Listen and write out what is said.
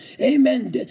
Amen